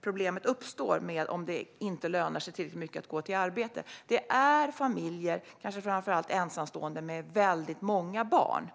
problemet uppstår för - att det inte lönar sig tillräckligt mycket att gå till arbete - är familjer och kanske framför allt ensamstående med väldigt många barn.